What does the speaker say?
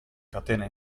catena